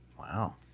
wow